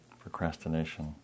procrastination